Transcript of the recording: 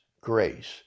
grace